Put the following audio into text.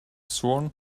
sworn